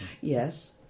Yes